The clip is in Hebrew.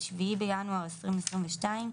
7.1.2022,